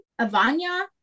avanya